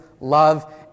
love